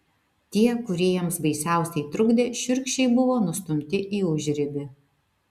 tie kurie jiems baisiausiai trukdė šiurkščiai buvo nustumti į užribį